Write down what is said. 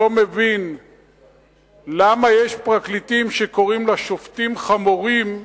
לא מבין למה יש פרקליטים שקוראים לשופטים חמורים,